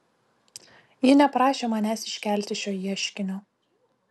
ji neprašė manęs iškelti šio ieškinio